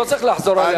אתה לא צריך לחזור עליה.